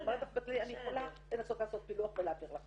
אני יכולה לנסות לעשות פילוח ולהעביר לך.